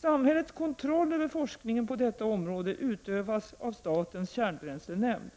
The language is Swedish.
Samhällets kontroll över forskningen på detta område utövas av statens kärnbränslenämnd.